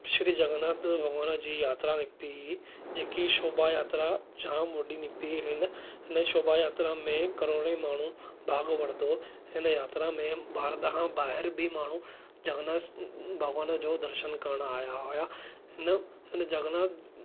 श्री जगन्नाथ भॻवान जी यात्रा निकिती हुई जेकी शोभा यात्रा जामु वॾी निकिती हुई हिन हिन शोभा यात्रा में करोड़े माण्हू भाॻु वरितो हिन यात्रा में भारत खां ॿाहिरि बि माण्हू जगन्नाथ भॻवान जो दर्शनु करण आया हुया हिन हुन जगन्नाथ